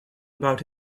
about